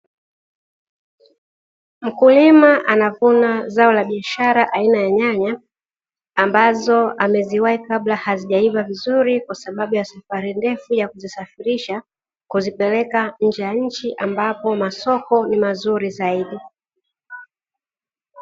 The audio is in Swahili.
Mkulima anavuna zao la biashara, aina ya nyanya, ambazo ameziwai kabla hazijaiva vizuri kwa sababu ya safari ndefu ya kuzisafirisha kuzipeleka nje ya nchi, ambapo masoko ni mazuri zaidi.